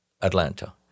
Atlanta